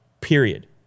Period